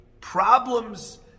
problems